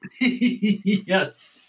yes